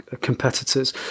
competitors